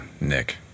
Nick